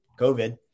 COVID